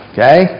Okay